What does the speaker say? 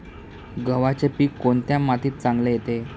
गव्हाचे पीक कोणत्या मातीत चांगले येते?